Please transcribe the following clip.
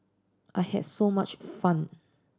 I had so much fun